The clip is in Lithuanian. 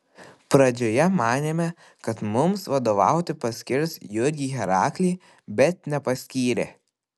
pradžioje manėme kad mums vadovauti paskirs jurgį heraklį bet nepaskyrė